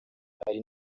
ari